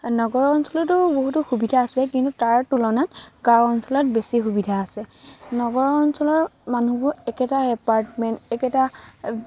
নগৰ অঞ্চলতো বহুতো সুবিধা আছে কিন্তু তাৰ তুলনাত গাঁও অঞ্চলত বেছি সুবিধা আছে নগৰৰ অঞ্চলৰ মানুহবোৰ একেটা এপাৰ্টমেণ্ট একেটা